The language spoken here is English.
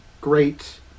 great